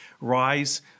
Rise